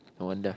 no wonder